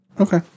Okay